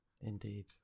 Indeed